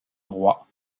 roi